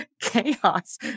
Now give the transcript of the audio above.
chaos